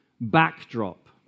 backdrop